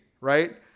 right